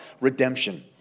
redemption